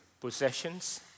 Possessions